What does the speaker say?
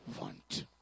want